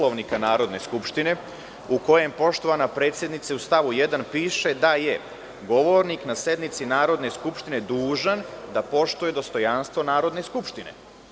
Poslovnika Narodne skupštine, u kojem, poštovana predsednice, u stavu 1. piše da je govornik na sednici Narodne skupštine dužan da poštuje dostojanstvo Narodne skupštine.